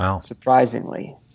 surprisingly